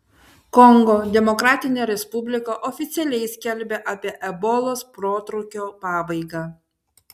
kongo demokratinė respublika oficialiai skelbia apie ebolos protrūkio pabaigą